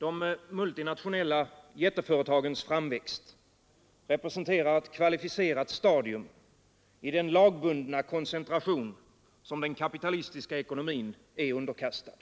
Herr talman! De multinationella jätteföretagens framväxt representerar ett kvalificerat stadium i den lagbundna koncentration som den kapitalistiska ekonomin är underkastad.